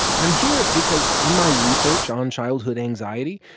and i'm here because in my research on childhood anxiety,